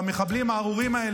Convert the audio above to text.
תעצור את הזמן, תוציא אותו החוצה.